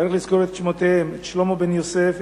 צריך לזכור את שמותיהם: שלמה בן-יוסף,